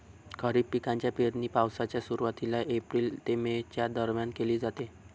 खरीप पिकांची पेरणी पावसाच्या सुरुवातीला एप्रिल ते मे च्या दरम्यान केली जाते